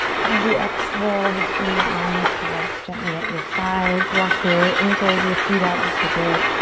and as you exhale, just bring your arms to rest gently at your sides. walk your ankles, your feet out just a bit,